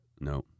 No